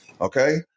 okay